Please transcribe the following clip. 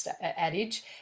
adage